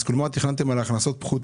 אז זה אומר שתכננתם על הכנסות פחותות,